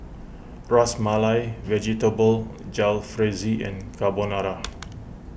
Ras Malai Vegetable Jalfrezi and Carbonara